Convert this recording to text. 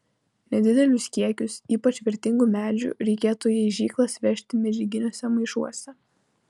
nedidelius kiekius ypač vertingų medžių reikėtų į aižyklas vežti medžiaginiuose maišuose